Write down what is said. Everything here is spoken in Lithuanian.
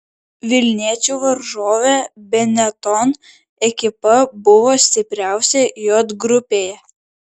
vilniečių varžovė benetton ekipa buvo stipriausia j grupėje